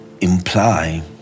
imply